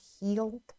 healed